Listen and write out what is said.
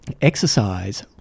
exercise